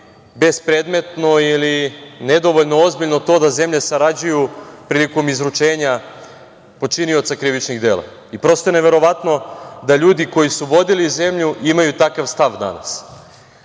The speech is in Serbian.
bespredmetno ili nedovoljno ozbiljno to da zemlje sarađuje prilikom izručenja počinioca krivičnih dela. Prosto je neverovatno da ljudi koji su vodili zemlju imaju takav stav danas. Mogu